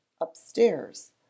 upstairs